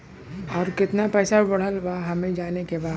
और कितना पैसा बढ़ल बा हमे जाने के बा?